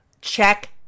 check